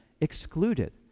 excluded